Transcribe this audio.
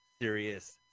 serious